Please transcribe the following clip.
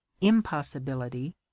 impossibility